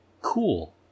Cool